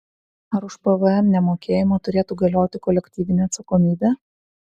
ar už pvm nemokėjimą turėtų galioti kolektyvinė atsakomybė